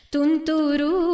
Tunturu